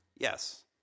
Yes